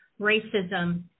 racism